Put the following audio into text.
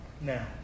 now